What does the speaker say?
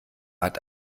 hat